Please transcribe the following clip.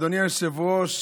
אדוני היושב-ראש,